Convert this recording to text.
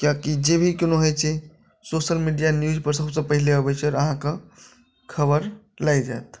किआकी जेभी कोनो होइत छै सोशल मीडिया न्यूज चैनल पर सबसँ पहिले अबैत छै आओर अहाँ कऽ खबर लागि जायत